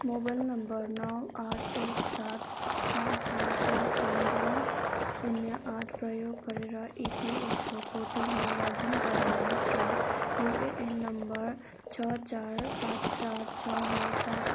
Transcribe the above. mobile number नौ आठ एक सात आठ दुई दुई तिन दुई शून्य आठ प्रयोग गरेर एपिएफओ पोर्टलमा लगइन गर्नुहोस् र युएएन नम्बर छ चार पाँच चार छ नौ पाँच